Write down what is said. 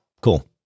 Cool